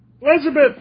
Elizabeth